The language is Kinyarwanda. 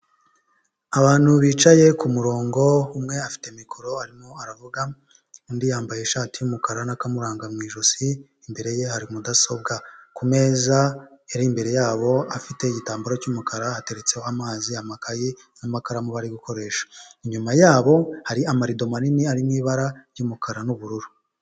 Abantu bicaye ku murongo, umwe afite mikoro arimo aravuga, undi yambaye ishati y'umukara n'akamuranga mu ijosi, imbere ye hari mudasobwa, ku meza ari imbere yabo afite igitambaro cy'umukara hateretseho amazi, amakaye n'amakaramu bari gukoresha, inyuma yabo hari amarido manini ari mu ibara ry'umukara n'ubururu.